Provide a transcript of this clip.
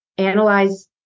Analyze